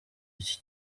iki